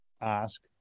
ask